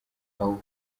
aho